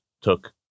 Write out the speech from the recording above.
took